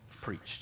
preached